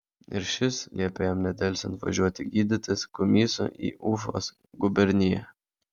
ir šis liepė jam nedelsiant važiuoti gydytis kumysu į ufos guberniją